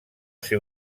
ser